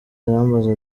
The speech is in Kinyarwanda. arambaza